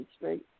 Street